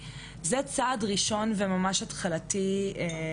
זה לא פותר את העניין של ההרתעה,